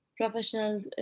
professional